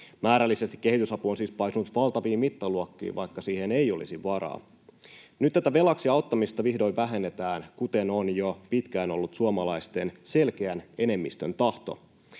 Määrällisesti kehitysapu on siis paisunut valtaviin mittaluokkiin, vaikka siihen ei olisi varaa. Nyt tätä velaksi auttamista vihdoin vähennetään, kuten on jo pitkään ollut suomalaisten selkeän enemmistön tahto.